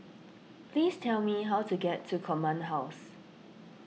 please tell me how to get to Command House